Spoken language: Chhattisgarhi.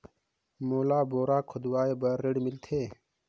मोला बोरा खोदवाय बार ऋण मिलथे?